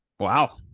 Wow